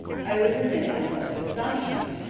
i was in the utmost astonishment,